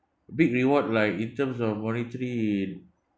big reward like in terms of monetary